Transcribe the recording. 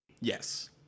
Yes